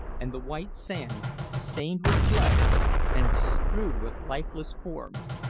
and the white sands stained with blood and strewed with lifeless forms,